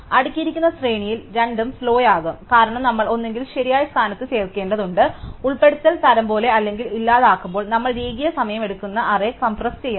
അടുക്കിയിരിക്കുന്ന ശ്രേണിയിൽ രണ്ടും സ്ലോ ആകും കാരണം നമ്മൾ ഒന്നുകിൽ ശരിയായ സ്ഥാനത്ത് ചേർക്കേണ്ടതുണ്ട് ഉൾപ്പെടുത്തൽ തരം പോലെ അല്ലെങ്കിൽ ഇല്ലാതാക്കുമ്പോൾ നമ്മൾ രേഖീയ സമയം എടുക്കുന്ന അറേ കംപ്രസ് ചെയ്യണം